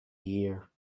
year